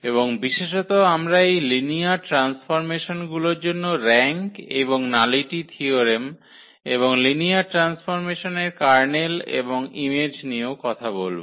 এবং বিশেষত আমরা এই লিনিয়ার ট্রান্সফর্মেসনগুলোর জন্য র্যাঙ্ক এবং নালিটি থিয়োরেম এবং লিনিয়ার ট্রান্সফর্মেসনের কার্নেল এবং ইমেজ নিয়েও কথা বলব